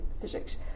physics